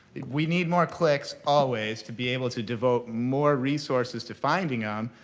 we need more clicks always to be able to devote more resources to finding um